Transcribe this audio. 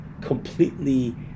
completely